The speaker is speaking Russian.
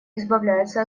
избавляется